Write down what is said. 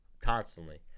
constantly